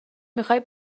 میخوای